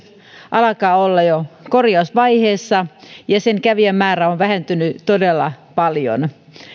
alkaa jo olla korjausvaiheessa ja sen kävijämäärä on vähentynyt todella paljon